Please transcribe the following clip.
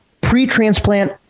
pre-transplant